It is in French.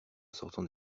sortant